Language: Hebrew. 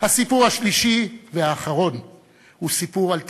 הסיפור השלישי והאחרון הוא סיפור על תקווה.